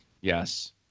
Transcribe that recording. Yes